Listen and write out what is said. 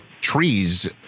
trees